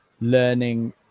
learning